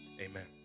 amen